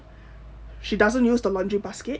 she doesn't use the laundry basket